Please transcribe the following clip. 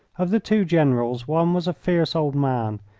of the two generals, one was a fierce old man,